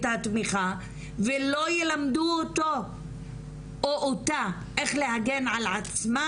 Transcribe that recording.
התמיכה ולא ילמדו אותו או אותה איך להגן על עצמה,